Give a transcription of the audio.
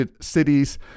cities